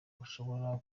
gushobora